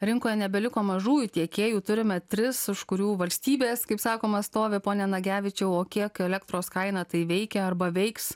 rinkoje nebeliko mažųjų tiekėjų turime tris už kurių valstybės kaip sakoma stovi pone nagevičiau o kiek elektros kaina tai veikia arba veiks